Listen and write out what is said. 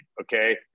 okay